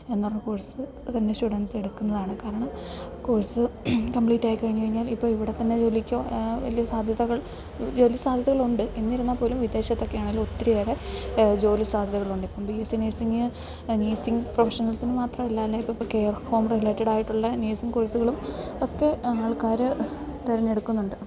എന്നൊള്ള course തന്നെ students എടുക്കുന്നതാണ് കാരണം കോഴ്സ് കംപ്ലീറ്റായി കഴിഞ്ഞു കഴിഞ്ഞാൽ ഇപ്പം ഇവിടെ തന്നെ ജോലിക്കോ വലിയ സാധ്യതകൾ ജോലി സാധ്യതകളൊണ്ട് എന്നിരുന്നാൽ പോലും വിദേശത്തൊക്കെ ആണേലും ഒത്തിരി ഏറെ ജോലി സാധ്യതകൾ ഉണ്ട് ഇപ്പം B S C nursing nursing പ്രൊഫഷണൽസിന് മാത്രമല്ല അല്ല ഇപ്പം ഇപ്പം കെയർ ഹോം റിലേറ്റഡ് ആയിട്ടുള്ള നേഴ്സിംഗ് കോഴ്സുകളും ഒക്കെ ആൾക്കാർ തെരഞ്ഞെടുക്കുന്നൊണ്ട്